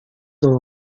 dans